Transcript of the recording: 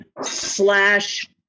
slash